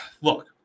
Look